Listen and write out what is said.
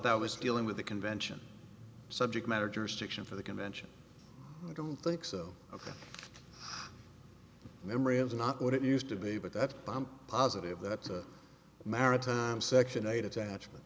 that was dealing with the convention subject matter jurisdiction for the convention i don't think so ok memory is not what it used to be but that i'm positive that the maritime section a detachment